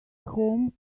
home